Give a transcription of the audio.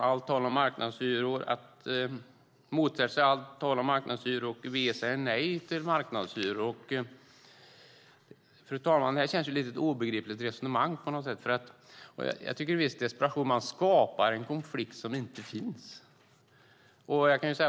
Socialdemokraterna motsätter sig allt tal om marknadshyror, och Vänsterpartiet säger nej till marknadshyror. Det känns som ett obegripligt resonemang. Man skapar i desperation en konflikt som inte finns.